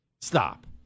stop